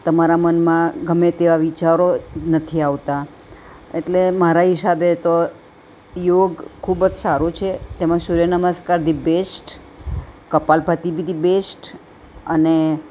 તમારા મનમાં ગમે તેવા વિચારો નથી આવતા એટલે મારા હિસાબે તો યોગ ખૂબ જ સારું છે તેમાં સૂર્યનમસ્કાર ધી બેસ્ટ કપાલભાતિ બી ધી બેસ્ટ અને